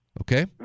Okay